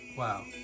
Wow